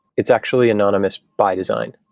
it's actually anonymous by design.